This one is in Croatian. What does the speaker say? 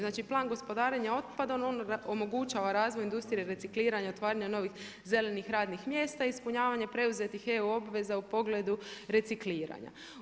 Znači plan gospodarenja otpadom on omogućava razvoj industrije i recikliranja i otvaranja novih zelenih radnih mjesta, ispunjavanje preuzetih eu obveza u pogledu recikliranja.